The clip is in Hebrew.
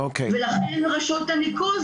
ולכן רשות הניקוז,